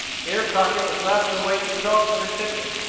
here crockett was left to await the result of his sickness,